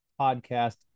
podcast